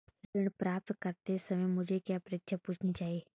ऋण प्राप्त करते समय मुझे क्या प्रश्न पूछने चाहिए?